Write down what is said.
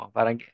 Parang